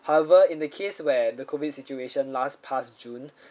however in the case where the COVID situation last past june